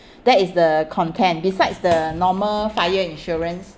that is the content besides the normal fire insurance